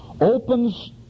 opens